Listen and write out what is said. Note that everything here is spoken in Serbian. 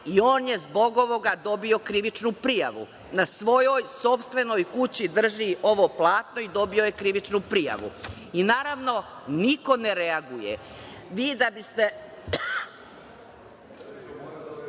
On je zbog ovoga dobio krivičnu prijavu. Na svojoj sopstvenoj kući drži ovo platno i dobio je krivičnu prijavu. Naravno, niko ne reaguje. Osim toga